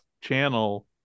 channel